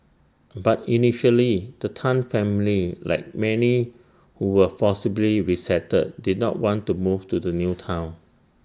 but initially the Tan family like many who were forcibly resettled did not want to move to the new Town